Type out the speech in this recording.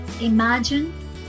Imagine